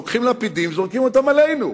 לוקחים לפידים וזורקים אותם עלינו.